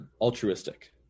altruistic